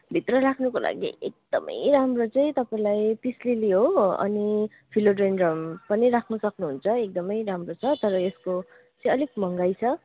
भित्र राख्नुको लागि एकदमै राम्रो चाहिँ तपाईँलाई पिस लिली हो अनि फिलोडेन्ड्रन पनि राख्नु सक्नुहुन्छ एकदमै राम्रो छ तर यसको चाहिँ अलिक महँगै छ